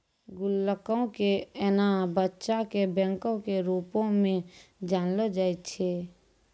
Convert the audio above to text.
गुल्लको के एना बच्चा के बैंको के रुपो मे जानलो जाय छै